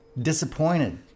disappointed